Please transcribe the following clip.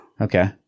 Okay